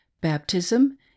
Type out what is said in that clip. baptism